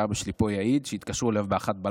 ואבא שלי פה יעיד שהתקשרו אליו ב-01:00,